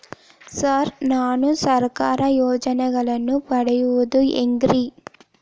Sir ನಾನು ಸರ್ಕಾರ ಯೋಜೆನೆಗಳನ್ನು ಪಡೆಯುವುದು ಹೆಂಗ್ರಿ?